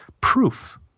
proof